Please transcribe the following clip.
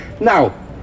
Now